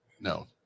No